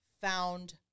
found